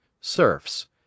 serfs